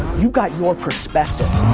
you got your perspective.